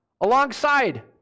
alongside